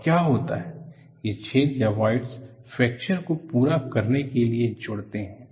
और क्या होता है कि ये छेद या वॉइडस फ्रैक्चर को पूरा करने के लिए जुड़ते हैं